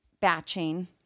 batching